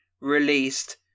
released